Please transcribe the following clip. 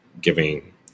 giving